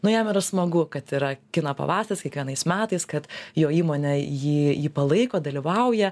nu jam yra smagu kad yra kino pavasario kiekvienais metais kad jo įmonė jį jį palaiko dalyvauja